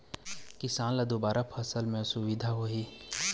किसान ल दुबारा फसल ले म सुभिता होही